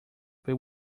pay